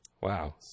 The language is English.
Wow